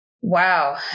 Wow